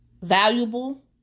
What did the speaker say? valuable